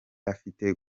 afite